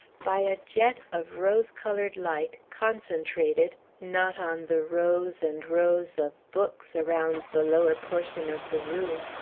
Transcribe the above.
by a jet of rose-colored light concentrated, not on the rows and rows of books around the lower portion of the room,